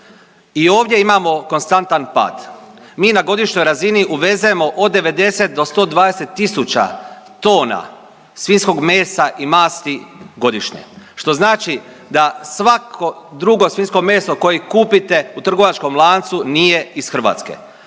I ovdje imamo konstantan pad. Mi na godišnjoj razini uvezemo od 90 do 120 tisuća tona svinjskog mesa i masti godišnje što znači da svako drugo svinjsko meso koje kupite u trgovačkom lancu nije iz Hrvatske,